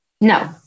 No